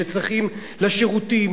שצריכים לשירותים,